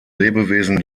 lebewesen